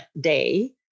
day